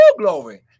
glory